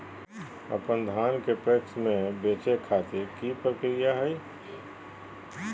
अपन धान के पैक्स मैं बेचे खातिर की प्रक्रिया हय?